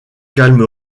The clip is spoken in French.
calme